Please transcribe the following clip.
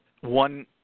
One